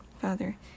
Father